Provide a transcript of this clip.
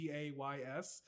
Gays